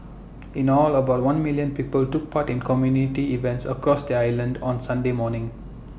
in all about one million people took part in community events across the island on Sunday morning